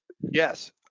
Yes